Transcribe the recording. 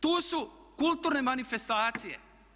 Tu su kulturne manifestacije.